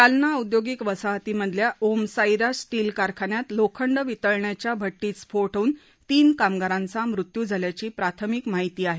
जालना औद्योगिक वसाहतीमधल्या ओम साईराम स्टील कारखान्यात लोखंड वितळण्याचा भट्टीत स्फोट होऊन तीन कामगारांचा मृत्यू झाल्याची प्राथमिक माहिती आहे